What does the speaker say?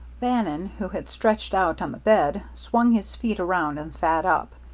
bannon, who had stretched out on the bed, swung his feet around and sat up.